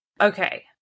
okay